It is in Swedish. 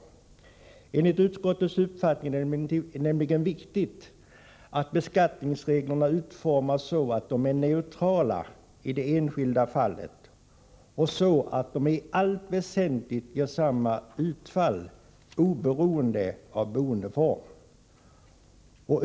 Enligt utskottets uppfattning är det nämligen viktigt att beskattningsreglerna utformas så att de är neutrala i det enskilda fallet och så att de i allt väsentligt ger samma utfall oberoende av boendeform.